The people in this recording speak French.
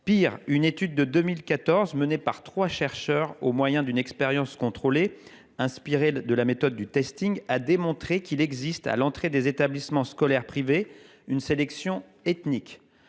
Pis, une étude de 2014 menée par trois chercheurs au moyen d’une expérience contrôlée, inspirée de la méthode du, a démontré qu’il existe à l’entrée des établissements scolaires privés une sélection ethnique.